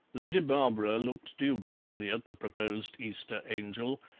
lady barbara looked dubiously at the proposed easter angel,